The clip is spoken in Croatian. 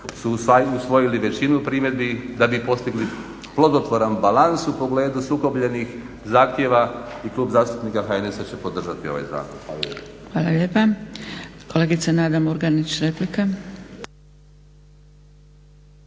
su usvojili većinu primjedbi da bi postigli plodotvoran balans u pogledu sukobljenih zahtjeva i Klub zastupnika HNS-a će podržati ovaj zakon. Hvala lijepa. **Zgrebec, Dragica